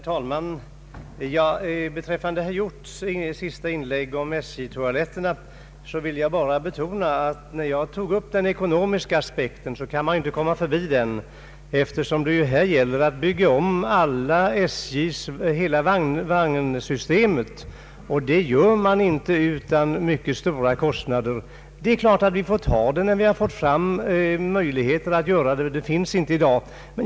Herr talman! Beträffande herr Hjorths senaste inlägg om SJ-toaletterna vill jag bara betona att man inte kan komma förbi den ekonomiska aspekten. Här gäller det ju att bygga om SJ:s hela vagnpark, och det gör man inte utan mycket stora kostnader. Det är klart att vi får ta kostnaderna, när vi fått fram de tekniska möjligheterna, men dessa har vi inte i dag.